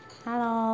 Hello